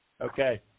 Okay